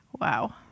Wow